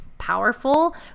powerful